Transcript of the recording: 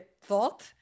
thought